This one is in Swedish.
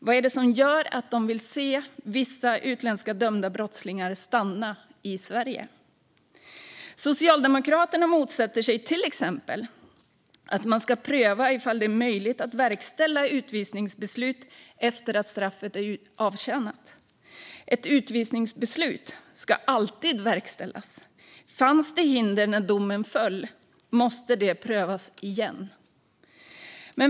Vad är det som gör att de vill se vissa utländska dömda brottslingar stanna i Sverige? Socialdemokraterna motsätter sig till exempel att man ska pröva ifall det är möjligt att verkställa utvisningsbeslutet efter att straffet är avtjänat. Ett utvisningsbeslut ska alltid verkställas. Fanns det hinder när domen föll måste det provas igen.